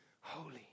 holy